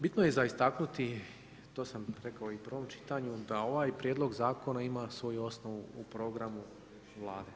Bitno je za istaknuti, to sam rekao i u prvom čitanju da ovaj Prijedlog zakona imaju svoju osnovu u programu Vlade.